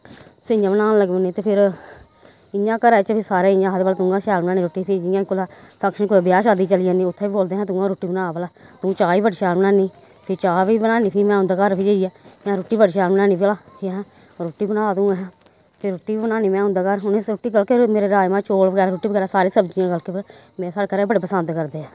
सींआं बनान लगी पौंनी ते फिर इ'यां घरै च बी सारे इ'यां आखदे भला तू गै शैल बनानी रुट्टी फिर जि'यां कुदै फंक्शन कुदै ब्याह् शादी च चली जन्नी उत्थै बोलदे तू गै रुट्टी बना भला तू चाह् बी बड़ी शैल बनान्नी फ्ही में चाह् बी बनान्नी फ्ही में उं'दे घर फ्ही जाइयै अहें रुट्टी बड़ी शैल बनान्नी भला फ्ही अहें रुट्टी बना तू एहें फिर रुट्टी बी बनान्नी में उं'दे घर उ'नें रुट्टी मेरे राजमाह् चौल बगैरा रुट्टी बगैरा सारी सब्जियें गल्ल करदे साढ़े घरै दे बड़े पसंद करदे न